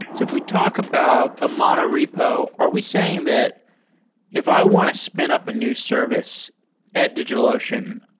if we talk about a mono repo, are we saying that if i want to spin up a new service at digitalocean,